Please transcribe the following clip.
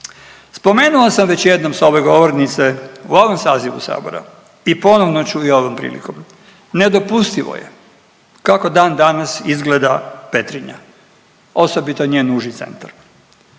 Spomenuo sam već jednom s ove govornice u ovom sazivu sabora i ponovno ću i ovom prilikom. Nedopustivo je kako dan danas izgleda Petrinja osobito njen uži centar.